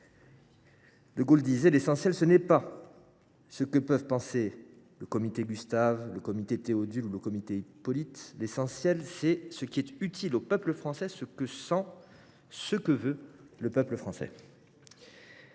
De Gaulle disait :« L’essentiel […], ce n’est pas ce que peuvent penser le comité Gustave, le comité Théodule ou le comité Hippolyte ; l’essentiel […], c’est ce qui est utile au peuple français, ce que sent, ce que veut le peuple français.